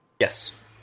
Yes